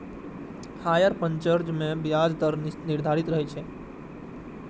hire purchase मे ब्याज दर निर्धारित रहै छै